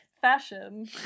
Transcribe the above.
fashion